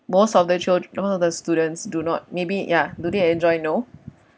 most of the chil~ most of the students do not maybe ya do they enjoy no